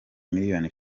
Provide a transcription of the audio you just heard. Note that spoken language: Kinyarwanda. miliyoni